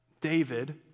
David